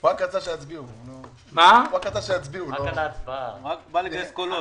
מה את אומרת , שלומית?